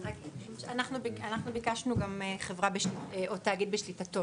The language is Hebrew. אנחנו ביקשנו גם חברה או תאגיד בשליטתו.